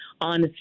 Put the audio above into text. on